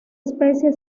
especie